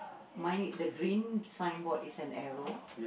mine i~ the green signboard is an arrow